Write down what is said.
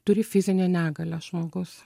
turi fizinę negalią žmogaus